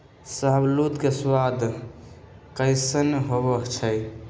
शाहबलूत के सवाद कसाइन्न होइ छइ